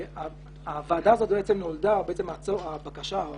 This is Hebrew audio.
הוועדה הזו נולדה, הבקשה או